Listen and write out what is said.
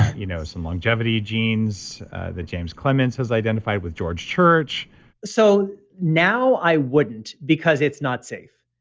you know some longevity genes that james clements has identified with george church so now, i wouldn't, because it's not safe,